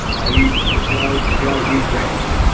i eat their cows and cows eat grass.